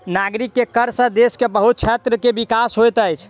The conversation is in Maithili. नागरिक के कर सॅ देश के बहुत क्षेत्र के विकास होइत अछि